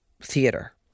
theater